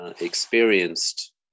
experienced